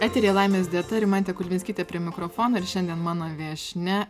eteryje laimės dieta rimantė kuzminskytė prie mikrofono ir šiandien mano viešnia